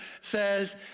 says